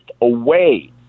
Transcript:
away